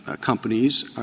companies